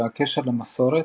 הקשר למסורת,